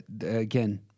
again